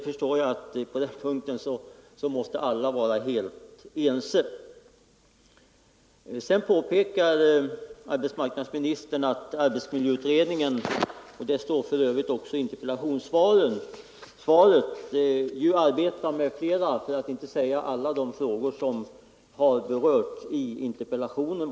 På den punkten är väl alla överens. Arbetsmarknadsministern påpekar att arbetsmiljöutredningen - som det för övrigt står i svaret — arbetar med flera, för att inte säga alla de frågor som jag berört i interpellationen.